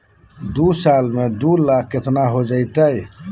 दू साल में दू लाख केतना हो जयते?